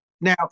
Now